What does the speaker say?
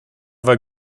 war